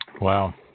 Wow